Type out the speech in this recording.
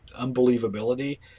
unbelievability